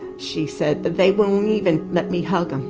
she said, they won't even let me hug them.